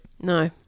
No